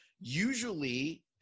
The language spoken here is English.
Usually